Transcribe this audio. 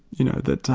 you know, that,